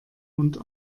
und